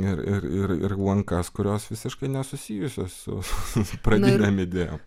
ir ir ir lankas kurios visiškai nesusijusios su pradinėm idėjom